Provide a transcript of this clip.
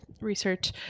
research